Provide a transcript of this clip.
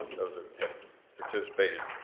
those have participated.